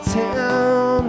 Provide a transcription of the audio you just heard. town